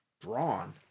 drawn